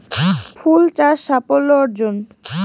ফুল চাষ সাফল্য অর্জন?